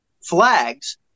flags